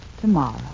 Tomorrow